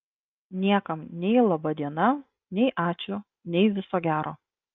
niekam nei laba diena nei ačiū nei viso gero